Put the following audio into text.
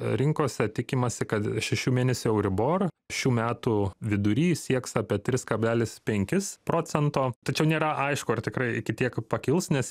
rinkose tikimasi kad šešių mėnesių euribor šių metų vidury sieks apie tris kablelis penkis procento tačiau nėra aišku ar tikrai iki tiek pakils nes